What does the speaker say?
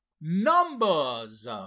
Numbers